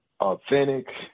authentic